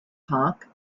park